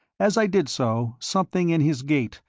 as i did so, something in his gait,